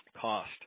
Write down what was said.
cost